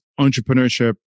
entrepreneurship